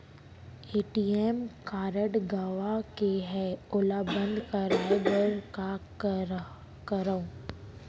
ATM card गंवा गे है ओला बंद कराये बर का करंव?